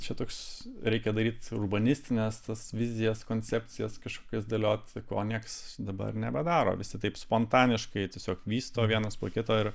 čia toks reikia daryt urbanistines tas vizijas koncepcijas kažkokias dioliot ko nieks dabar nebedaro visi taip spontaniškai tiesiog vysto vienas po kito ir